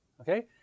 okay